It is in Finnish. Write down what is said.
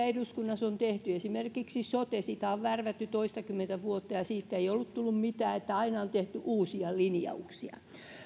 eduskunnassa on tehty esimerkiksi sotea on värvätty toistakymmentä vuotta ja siitä ei ole tullut mitään aina on tehty uusia linjauksia